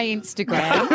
Instagram